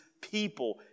people